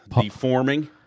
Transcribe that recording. deforming